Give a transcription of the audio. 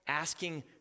Asking